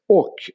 och